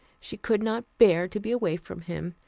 she could not bear to be away from him,